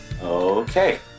Okay